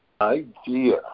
idea